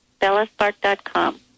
bellaspark.com